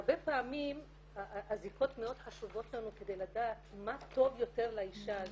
הרבה פעמים הזיקות מאוד חשובות לנו כדי לדעת מה טוב יותר לאישה הזאת.